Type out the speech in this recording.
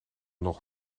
nog